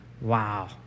Wow